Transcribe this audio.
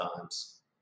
times